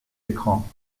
écrans